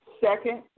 Second